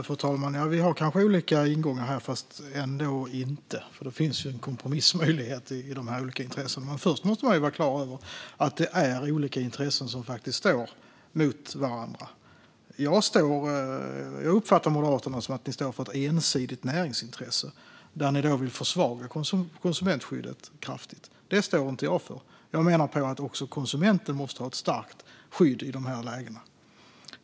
Fru talman! Vi har kanske olika ingångar här fast ändå inte, för det finns ju en kompromissmöjlighet i de här olika intressena. Först måste man vara klar över att det är olika intressen som står mot varandra. Jag uppfattar att Moderaterna står för ett ensidigt näringsintresse, där ni vill försvaga konsumentskyddet kraftigt. Det står inte jag för. Jag menar att också konsumenten måste ha ett starkt skydd i de här näringarna.